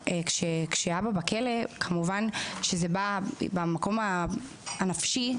כמובן שזה בא במקום הנפשי,